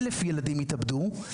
אלף ילדים יתאבדו,